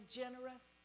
generous